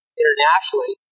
internationally